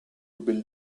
build